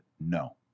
no